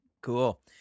Cool